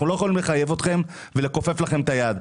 אנחנו לא יכולים לחייב אתכם ולכופף לכם את היד,